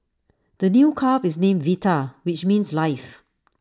the new calf is named Vita which means life